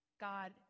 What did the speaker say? God